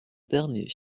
dernier